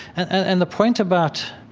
and the point about